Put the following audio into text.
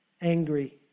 angry